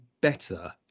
better